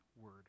word